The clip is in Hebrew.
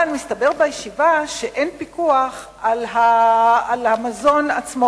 אבל הסתבר בישיבה שאין פיקוח על המזון עצמו.